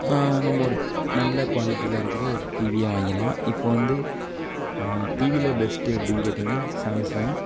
நம்ம ஒரு நல்ல குவாலிட்டியில் இருக்கிற ஒரு டிவியை வாங்கிடலாம் இப்போ வந்து டிவியில் பெஸ்ட் அப்படின்னு கேட்டீங்கன்னா சாம்சங்